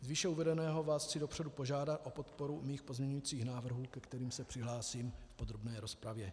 Z výše uvedeného vás chci dopředu požádat o podporu mých pozměňovacích návrhů, ke kterým se přihlásím v podrobné rozpravě.